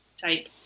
type